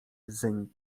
zeń